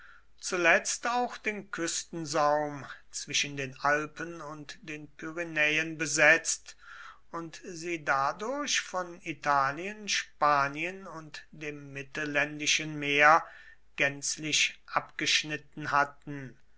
zuletzt auch den küstensaum zwischen den alpen und den pyrenäen besetzt und sie dadurch von italien spanien und dem mittelländischen meer gänzlich abgeschnitten hatten